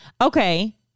Okay